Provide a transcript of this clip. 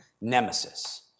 nemesis